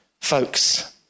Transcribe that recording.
folks